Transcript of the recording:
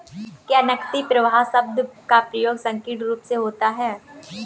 क्या नकदी प्रवाह शब्द का प्रयोग संकीर्ण रूप से होता है?